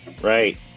Right